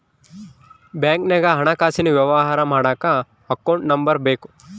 ಬ್ಯಾಂಕ್ನಾಗ ಹಣಕಾಸಿನ ವ್ಯವಹಾರ ಮಾಡಕ ಅಕೌಂಟ್ ನಂಬರ್ ಬೇಕು